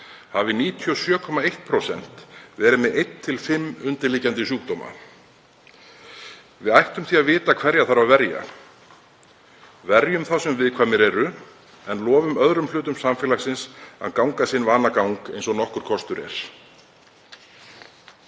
hafi 97,1% verið með einn til fimm undirliggjandi sjúkdóma. Við ættum því að vita hverja þarf að verja. Verjum þá sem viðkvæmir eru en lofum öðrum hlutum samfélagsins að ganga sinn vanagang eins og nokkur kostur er.